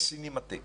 יש סינמטק